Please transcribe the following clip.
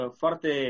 foarte